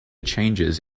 changes